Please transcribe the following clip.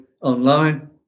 online